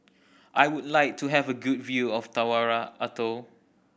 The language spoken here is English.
I would like to have a good view of Tarawa Atoll